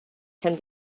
can